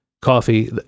coffee